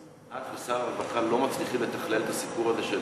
את ושר הרווחה לא מצליחים לתכלל את הסיפור הזה של